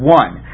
one